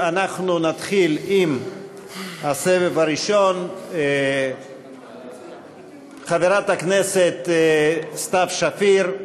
אנחנו נתחיל עם הסבב הראשון: חברת הכנסת סתיו שפיר,